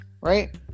right